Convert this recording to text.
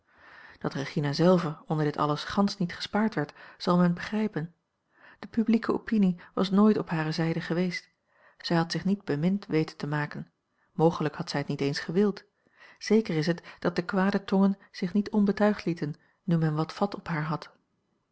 dat regina zelve onder dit alles gansch niet gespaard werd zal men begrijpen de publieke opinie was nooit op hare zijde geweest zij had zich niet bemind weten te maken mogelijk had zij het niet eens gewild zeker is het dat de kwade tongen zich niet onbetuigd lieten nu men wat vat op haar had